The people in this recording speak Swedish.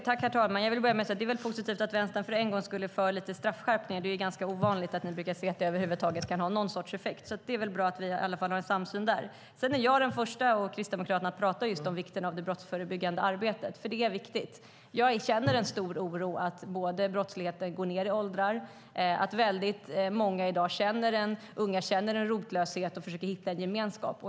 Herr talman! Jag vill börja med att säga att det är positivt att Vänstern för en gångs skull är för straffskärpningar. Det är ganska ovanligt att ni över huvud taget ser att det kan ha någon sorts effekt, men det är bra att vi nu har en samsyn. Jag och kristdemokraterna är de första att tala just om vikten av det brottsförebyggande arbetet. Det är viktigt. Jag känner en stor oro för att brottsligheten går ned i åldrarna och för att väldigt många unga i dag känner en rotlöshet och försöker hitta en gemenskap.